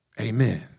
Amen